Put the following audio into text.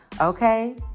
okay